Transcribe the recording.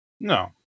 No